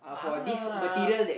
ah